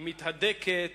והיא מתהדקת,